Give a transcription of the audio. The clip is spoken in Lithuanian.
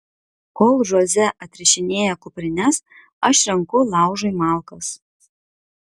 kol žoze atrišinėja kuprines aš renku laužui malkas